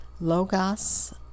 Logos